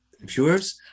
viewers